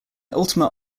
ultimate